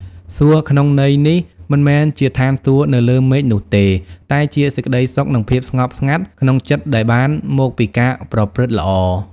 សួគ៌ក្នុងន័យនេះមិនមែនជាឋានសួគ៌នៅលើមេឃនោះទេ តែជាសេចក្តីសុខ និងភាពស្ងប់ស្ងាត់ក្នុងចិត្តដែលបានមកពីការប្រព្រឹត្តល្អ។